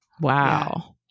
Wow